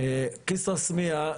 כסרא סמיע,